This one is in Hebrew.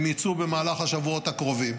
הם יצאו במהלך השבועות הקרובים.